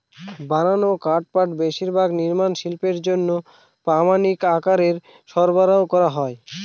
বানানো কাঠপাটা বেশিরভাগ নির্মাণ শিল্পের জন্য প্রামানিক আকারে সরবরাহ করা হয়